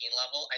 level